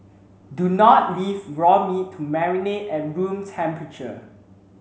do not leave raw meat to marinate at room temperature